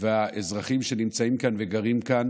והאזרחים שנמצאים כאן וגרים כאן